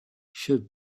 should